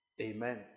Amen